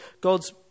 God's